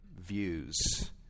views